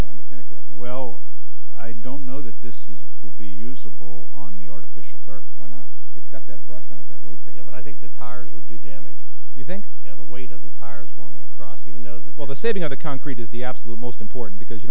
i understand it correctly well i don't know that this is will be useable on the artificial turf why not it's got that brush on it that rotate i think the tires will do damage you think you know the weight of the tires going across even though the well the saving of the concrete is the absolute most important because you